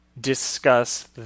discuss